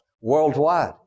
worldwide